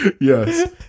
Yes